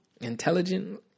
intelligent